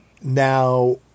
Now